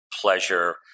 pleasure